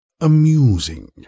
amusing